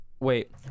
Wait